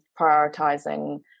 prioritizing